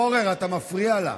חבר הכנסת פורר, אתה מפריע לה.